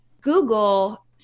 Google